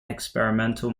experimental